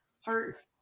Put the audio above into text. heart